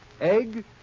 egg